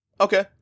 okay